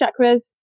chakras